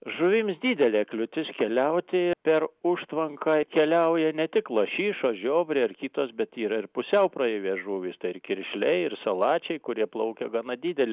žuvims didelė kliūtis keliauti per užtvanką keliauja ne tik lašišos žiobriai ar kitos bet yra ir pusiau praeivės žuvys tai ir kiršliai ir salačiai kurie plaukia gana didelį